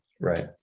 Right